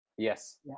Yes